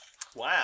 Wow